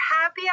happy